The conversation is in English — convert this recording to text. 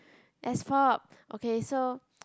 S pop okay so